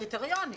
קריטריונים?